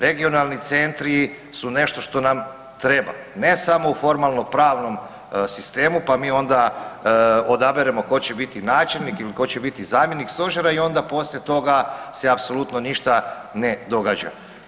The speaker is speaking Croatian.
Regionalni centri su nešto što nam treba, ne samo u formalno-pravnom sistemu pa mi onda odaberemo ko će biti načelnik ili ko će biti zamjenik stožera i onda poslije toga se apsolutno ništa ne događa.